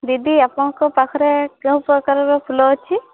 ଦିଦି ଆପଣଙ୍କ ପାଖରେ କେଉଁ ପ୍ରକାରର ଫୁଲ ଅଛି